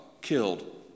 killed